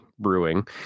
Brewing